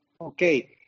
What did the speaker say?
okay